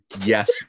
Yes